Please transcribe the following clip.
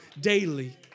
daily